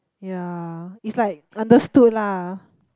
ya it's like understood lah